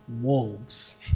wolves